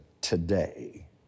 today